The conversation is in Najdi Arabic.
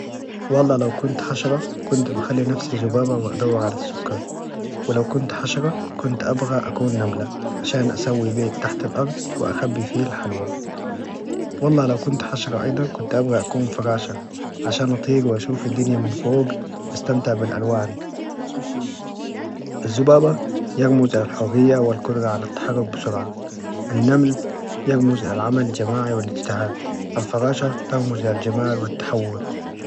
والله لو كنت حشرة كنت بخلي نفسي زبابة وأدور على السكر، ولو كنت حشرة كنت أبغى أكون نملة عشان أسوي بيت تحت الأرض وأخبي فيه الحلوى، والله لو كنت حشرة أيضا كنت أبغى أكون فراشة عشان أطير وأشوف الدنيا من فوق وأستمتع بالألوان، الزبابة يرمز إلى الحرية والقدرة على التحرك بسرعة، النمل يرمز إلى العمل الجماعي والإجتهاد، الفراشة ترمز إلى الجمال والتحول،